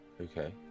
Okay